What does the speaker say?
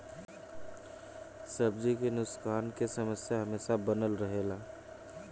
सब्जी के नुकसान के समस्या हमेशा बनल रहेला